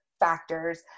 factors